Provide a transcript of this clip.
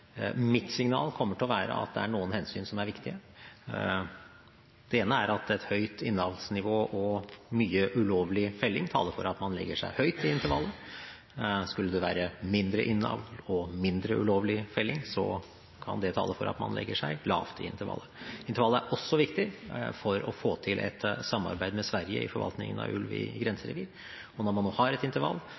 Mitt signal kommer til å være at det er noen hensyn som er viktige. Det ene er at et høyt innavlsnivå og mye ulovlig felling taler for at man legger seg høyt i intervallet. Skulle det være mindre innavl og mindre ulovlig felling, kan det tale for at man legger seg lavt i intervallet. Intervallet er også viktig for å få til et samarbeid med Sverige om forvaltningen av ulv i grenserevir. Når man har et intervall